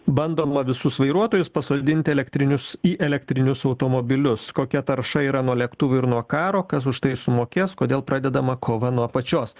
bandoma visus vairuotojus pasodinti elektrinius į elektrinius automobilius kokia tarša yra nuo lėktuvų ir nuo karo kas už tai sumokės kodėl pradedama kova nuo apačios